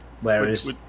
Whereas